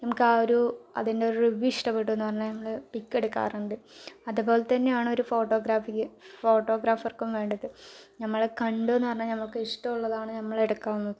നമുക്ക് ആ ഒരു അതിൻ്റെ ഒരു റിവ്യു ഇഷ്ടപ്പെട്ടു എന്നു പറഞ്ഞ് നമ്മൾ പിക് എടുക്കാറുണ്ട് അതുപോലെ തന്നെയാണ് ഒരു ഫോട്ടോഗ്രാഫിക്ക് ഫോട്ടോഗ്രാഫർക്കും വേണ്ടത് നമ്മൾ കണ്ടു എന്നു പറഞ്ഞാൽ നമ്മൾ ഇഷ്ടമുള്ളതാണ് നമ്മൾ എടുക്കുന്നത്